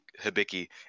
Hibiki